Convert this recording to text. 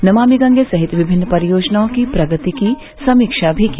नमामि गंगे सहित विभिन्न परियोजनाओं की प्रगति की समीक्षा भी की